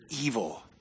evil